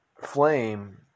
flame